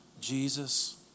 Jesus